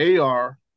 AR